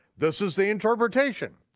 this is the interpretation.